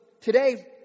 today